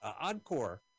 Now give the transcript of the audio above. encore